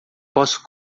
posso